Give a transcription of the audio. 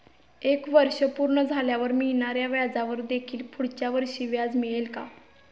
एक वर्ष पूर्ण झाल्यावर मिळणाऱ्या व्याजावर देखील पुढच्या वर्षी व्याज मिळेल का?